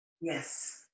Yes